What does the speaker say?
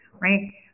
right